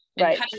Right